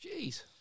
Jeez